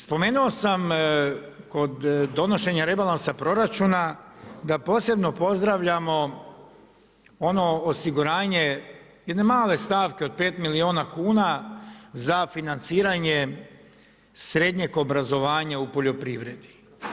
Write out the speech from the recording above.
Spomenuo sam kod donošenja rebalansa proračuna da posebno pozdravljamo ono osiguranje jedne male stavke od 5 milijuna kuna za financiranje srednjeg obrazovanja u poljoprivredi.